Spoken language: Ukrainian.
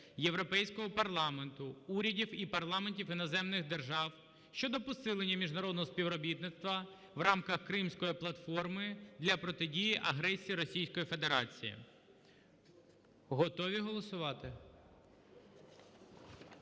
Європейського Парламенту, урядів і парламентів іноземних держав щодо посилення міжнародного співробітництва в рамках Кримської платформи для протидії агресії Російської Федерації. Готові голосувати?